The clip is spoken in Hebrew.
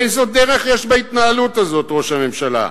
איזו דרך יש בהתנהלות הזאת, ראש הממשלה?